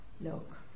look